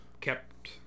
Kept